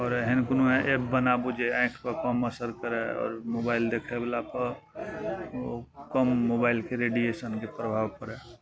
आओर एहन कोनो एप बनाबू जे आँखिपर कम असरि पड़ै आओर मोबाइल देखैवलाके ओ कम मोबाइलके रेडिएशनके प्रभाव पड़ै